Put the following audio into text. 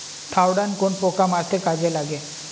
Thiodan কোন পোকা মারতে কাজে লাগে?